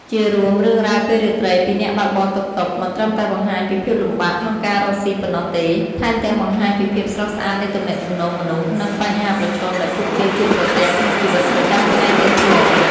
ជារួម រឿងរ៉ាវពេលរាត្រីពីអ្នកបើកបរតុកតុកមិនត្រឹមតែបង្ហាញពីភាពលំបាកក្នុងការរកស៊ីប៉ុណ្ណោះទេ ថែមទាំងបង្ហាញពីភាពស្រស់ស្អាតនៃទំនាក់ទំនងមនុស្ស និងបញ្ហាប្រឈមដែលពួកគេជួបប្រទះក្នុងជីវិតប្រចាំថ្ងៃទៀតផង។